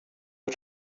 are